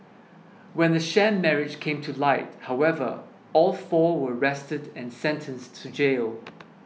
when the sham marriage came to light however all four were arrested and sentenced to jail